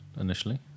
initially